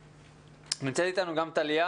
נמצאים איתנו גם טליה